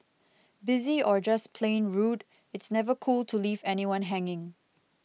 busy or just plain rude it's never cool to leave anyone hanging